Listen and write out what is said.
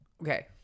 Okay